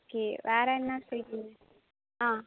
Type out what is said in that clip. okay வேறு என்ன sweet ஆ